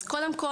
אז קודם,